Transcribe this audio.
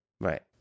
Right